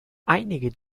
einige